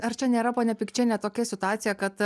ar čia nėra ponia pikčiene tokia situacija kad